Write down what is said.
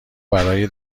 برای